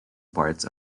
parts